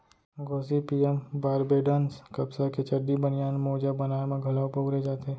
Gossypium बारबेडॅन्स कपसा के चड्डी, बनियान, मोजा बनाए म घलौ बउरे जाथे